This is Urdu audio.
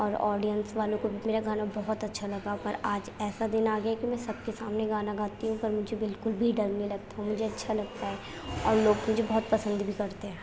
اور آڈیئنس والے کو بھی میرا گانا بہت اچھا لگا پر آج ایسا دن آ گیا کہ میں سب کے سامنے گانا گاتی ہوں پر مجھے بالکل بھی ڈر نہیں لگتا مجھے اچھا لگتا ہے اور لوگ مجھے بہت پسند بھی کرتے ہیں